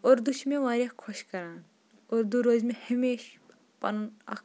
اردوٗ چھِ مےٚ واریاہ خۄش کَران اردوٗ روزِ مےٚ ہمیشہِ پَنُن اَکھ